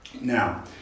Now